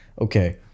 okay